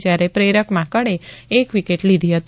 જયારે પ્રેરક માંકડે એક વિકેટ લીધી હતી